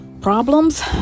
problems